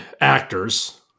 actors